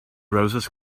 roses